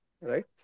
right